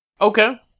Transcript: Okay